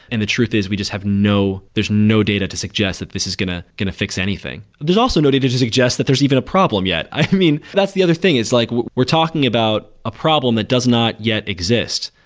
and the truth is we just have no there's no data to suggest that this is going to going to fix anything there's also nothing to suggest that there's even a problem yet. i mean, that's the other thing, it's like we're talking about a problem that does not yet exist.